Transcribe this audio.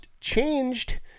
changed